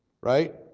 Right